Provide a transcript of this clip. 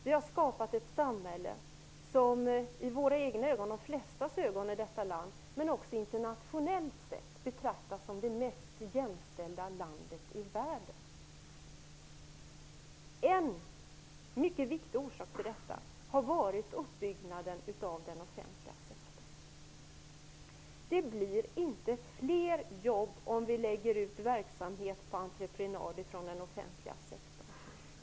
Vi har skapat ett samhälle som i våra egna och de flestas ögon i detta land, men också internationellt sett, betraktas som det mest jämställda i världen. En mycket viktig orsak till detta har varit uppbyggnaden av den offentliga sektorn. Det blir inte fler jobb om vi lägger ut verksamhet inom den offentliga sektorn på entreprenad.